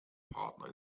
partner